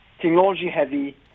technology-heavy